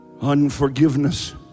Unforgiveness